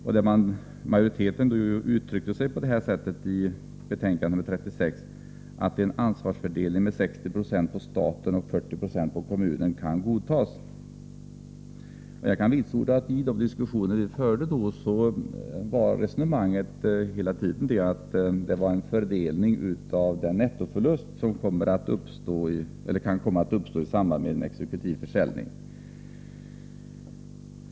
Utskottsmajoriteten uttryckte sig på följande sätt i betänkande 36: ”-—- en ansvarsfördelning med 60 96 på staten och 40 96 på kommunen kan godtas”. Jag kan vitsorda att i de diskussioner vi förde då gällde resonemanget hela tiden en fördelning av den nettoförlust som kan komma att uppstå i samband med exekutiv försäljning.